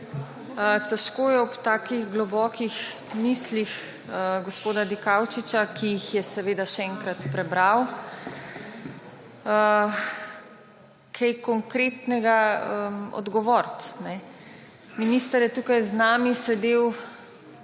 Težko je ob takih globokih mislih gospoda Dikaučiča, ki jih je seveda še enkrat prebral, kaj konkretnega odgovoriti. Minister je tukaj z nami sedel